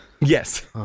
Yes